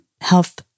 health